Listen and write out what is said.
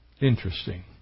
Interesting